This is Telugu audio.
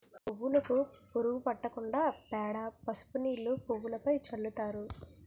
పువ్వులుకు పురుగు పట్టకుండా పేడ, పసుపు నీళ్లు పువ్వులుపైన చల్లుతారు